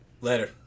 Later